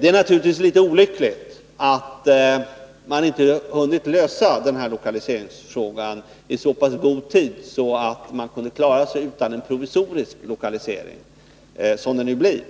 Det är naturligtvis olyckligt att man inte hunnit lösa lokaliseringsfrågan i så pass god tid att man kunde klara sig utan en provisorisk lokalisering, som det nu blir.